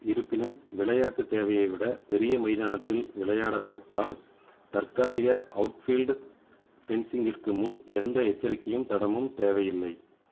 இருப்பினும் விளையாட்டு தேவையை விட பெரிய மைதானத்தில் விளையாடப்பட்டால் தற்காலிக அவுட்ஃபீல்ட் ஃபென்சிங்கிற்கு முன் எந்த எச்சரிக்கையும் தடமும் தேவையில்லை